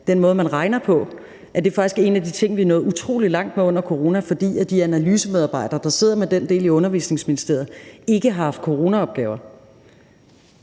den måde, man regner på, at det faktisk er en af de ting, vi er nået utrolig langt med under corona, fordi de analysemedarbejdere, der sidder med den del i Børne- og Undervisningsministeriet, ikke har haft coronaopgaver.